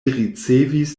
ricevis